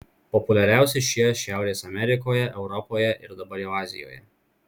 populiariausi šie šiaurės amerikoje europoje ir dabar jau azijoje